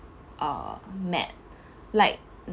uh math like